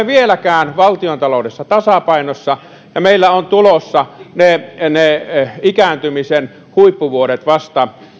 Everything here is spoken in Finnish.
vieläkään valtiontaloudessa tasapainossa ja meillä on tulossa ne ne ikääntymisen huippuvuodet vasta